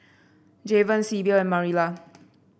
Javen Sybil and Marilla